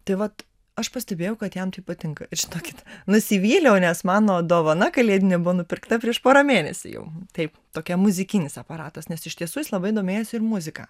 tai vat aš pastebėjau kad jam tai patinka ir žinokit nusivyliau nes mano dovana kalėdinė buvo nupirkta prieš porą mėnesių jau taip tokia muzikinis aparatas nes iš tiesų jis labai domėjosi ir muzika